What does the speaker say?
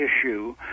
issue